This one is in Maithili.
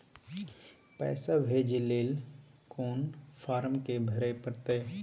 पैसा भेजय लेल कोन फारम के भरय परतै?